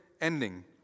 ending